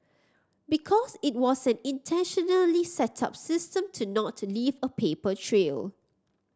because it was an intentionally set up system to not leave a paper trail